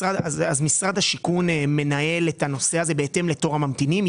משרד השיכון מנהל את הנושא הזה בהתאם לתור הממתינים.